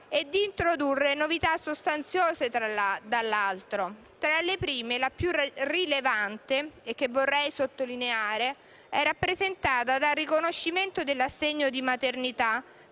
di introdurre novità sostanziose. Tra le prime, la più rilevante e che vorrei sottolineare è rappresentata dal riconoscimento dell'assegno di maternità